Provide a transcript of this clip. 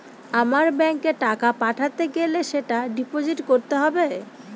আমার ব্যাঙ্কে টাকা পাঠাতে গেলে সেটা ডিপোজিট করতে হবে